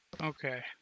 Okay